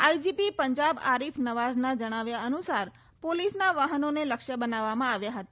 IGP Punjab Arif નવાઝના જણાવ્યા અનુસાર પોલીસનાવાહનોને લક્ષ્ય બનાવવામાં આવ્યા હતા